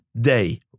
day